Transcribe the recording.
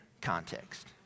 context